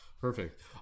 Perfect